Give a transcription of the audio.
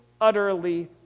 utterly